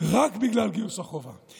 רק בגלל גיוס החובה.